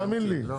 תאמין לי,